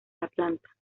atlanta